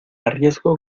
arriesgo